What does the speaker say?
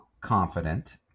confident